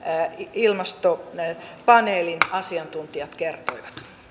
ilmastopaneelin asiantuntijat kertoivat